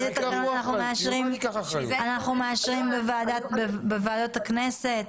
אנחנו מאשרים בוועדות הכנסת,